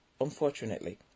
unfortunately